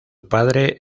padre